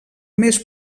més